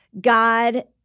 God